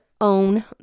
own